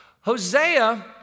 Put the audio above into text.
Hosea